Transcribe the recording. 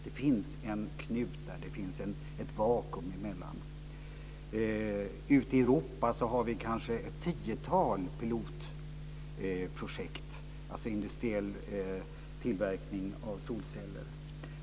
Det finns en knut och ett vakuum emellan. Ute i Europa finns det kanske ett tiotal pilotprojekt, dvs. industriell tillverkning av solceller.